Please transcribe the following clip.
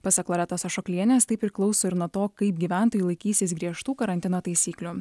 pasak loretos ašoklienės tai priklauso ir nuo to kaip gyventojai laikysis griežtų karantino taisyklių